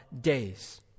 days